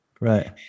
Right